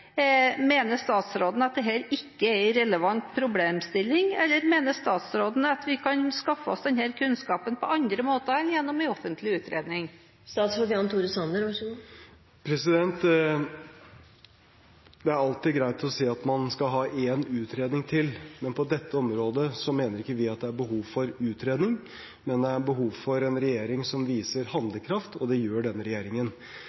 Mener statsråden at dette ikke er en relevant problemstilling, eller mener statsråden at vi kan skaffe oss denne kunnskapen på andre måter enn gjennom en offentlig utredning? Det er alltid greit å si at man skal ha én utredning til, men på dette området mener ikke vi det er behov for utredning, men det er behov for en regjering som viser handlekraft, og det gjør denne regjeringen.